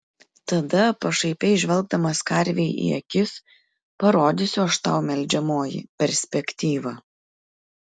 tada pašaipiai žvelgdamas karvei į akis parodysiu aš tau melžiamoji perspektyvą